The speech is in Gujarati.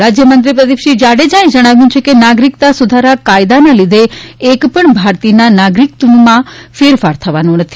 ગૃહરાજ્યમંત્રી પ્રદીપસિંહ જાડેજાએ જણાવ્યું છે કે નાગરિકતા સુધારા કાયદાના લીઘે એક પણ ભારતીયના નાગરિકત્વમાં ફેરફાર થવાનો નથી